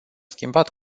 schimbat